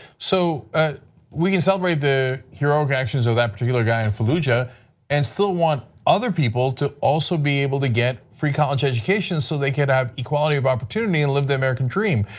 so ah we can celebrate the heroic actions of that particular guy and yeah and still want other people to also be able to get free college education so they can have equality of opportunity and live the american dream.